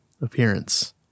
appearance